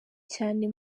cyane